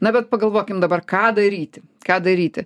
na bet pagalvokim dabar ką daryti ką daryti